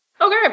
Okay